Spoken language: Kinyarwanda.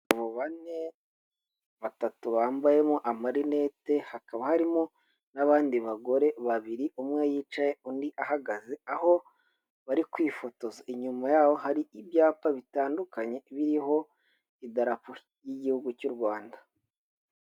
Abagabo bane batatu bambayemo amarinete, hakaba harimo n'abandi bagore babiri, umwe yicaye undi ahagaze aho bari kwifotoza, inyuma yaho hari ibyapa bitandukanye biriho idarapo ry'igihugu cy'u Rwanda.